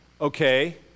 okay